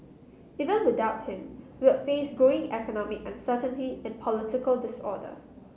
even without him we would face growing economic uncertainty and political disorder